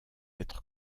être